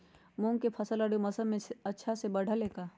मूंग के फसल रबी मौसम में अच्छा से बढ़ ले का?